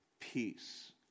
Peace